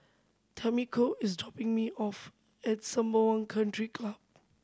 Tamiko is dropping me off at Sembawang Country Club